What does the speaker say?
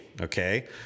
okay